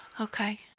Okay